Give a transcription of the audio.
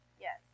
Yes